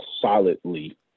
solidly